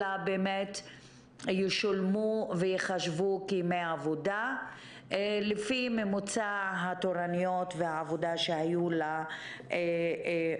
אלא ישולמו ויחשבו כימי עבודה לפי ממוצע התורנויות והעבודה שהיו לעובדים